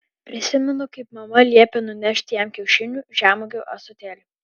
prisimenu kaip mama liepė nunešti jam kiaušinių žemuogių ąsotėlį